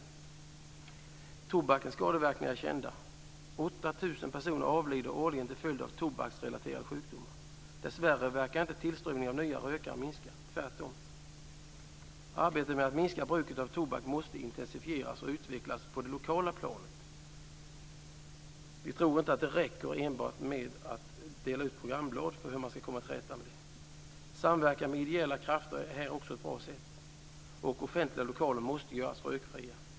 Tobakens skadeverkningar är kända. 8 000 personer avlider årligen till följd av tobaksrelaterade sjukdomar. Dessvärre verkar inte tillströmningen av nya rökare minska - tvärtom. Arbetet med att minska bruket av tobak måste intensifieras och utvecklas på det lokala planet. Vi tror inte att det räcker enbart med att dela ut programblad för att komma till rätta med det. Samverkan med ideella krafter är också ett bra sätt. Offentliga lokaler måste göras rökfria.